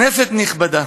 כנסת נכבדה,